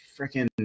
freaking